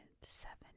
seven